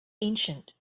ancient